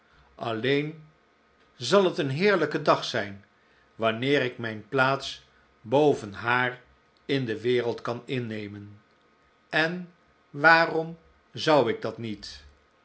alleen zal het een heerlijke dag zijn wanneer ik mijn plaats boven haar in de wereld kan innemen en waarom zou ik dat niet